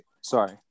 sorry